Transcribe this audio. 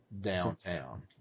downtown